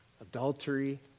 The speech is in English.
adultery